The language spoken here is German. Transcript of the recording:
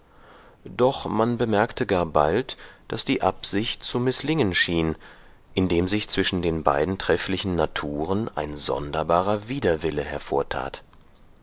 doch man bemerkte gar bald daß die absicht zu mißlingen schien indem sich zwischen den beiden trefflichen naturen ein sonderbarer widerwille hervortat